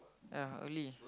ya early